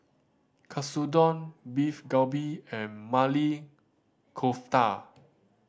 Katsudon Beef Galbi and Maili Kofta